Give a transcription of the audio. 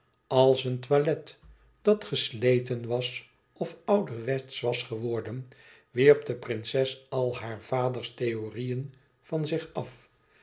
als een toilet dat gesleten was of ouderwetsch was geworden wierp de prinses alle haar vaders theorieën van zich af